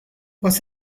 was